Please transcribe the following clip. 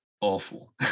awful